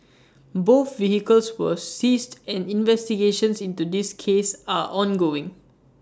both vehicles were seized and investigations into this cases are ongoing